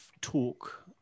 talk